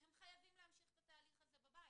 הם חייבים להמשיך את התהליך הזה בבית.